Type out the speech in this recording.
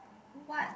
what